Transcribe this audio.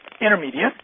intermediate